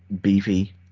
beefy